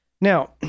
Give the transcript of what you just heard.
Now